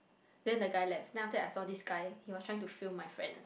then the guy left then after that I saw this guy he was trying to film my friend